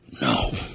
No